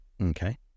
Okay